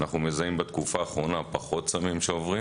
אנחנו מזהים בתקופה האחרונה פחות סמים שעוברים